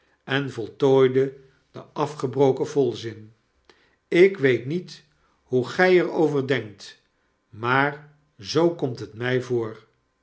en voltooide den afgebroken volzin ik weet niet hoe gg er over denkt maar zoo komt het mg voor